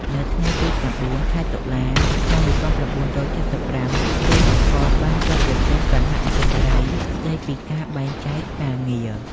ថ្ងៃទី ៩ ខែតុលា ឆ្នាំ ១៩៧៥ ខៀវ សំផន បានចូលប្រជុំគណៈអចិន្ត្រៃយ៍ ស្តីពីការបែងចែកការងារ។